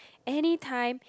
anytime